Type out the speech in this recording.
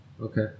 okay